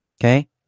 Okay